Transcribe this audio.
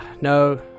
No